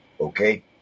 Okay